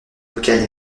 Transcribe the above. locales